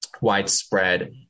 widespread